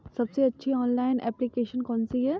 सबसे अच्छी online application कौन सी है?